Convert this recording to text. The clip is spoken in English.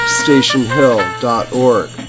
stationhill.org